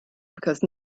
because